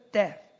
death